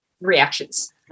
reactions